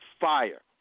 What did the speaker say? fire